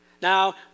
Now